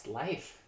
life